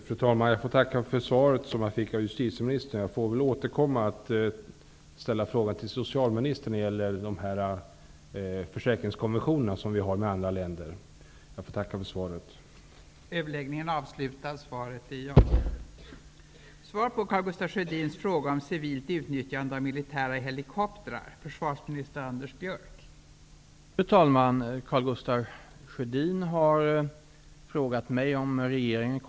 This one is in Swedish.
Fru talman! Jag får tacka för svaret som jag fick av justitieministern. Jag får väl återkomma med frågan om de försäkringskonventioner som vi har med andra länder och ställa den till socialministern.